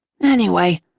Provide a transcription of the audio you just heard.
anyway,